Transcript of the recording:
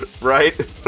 Right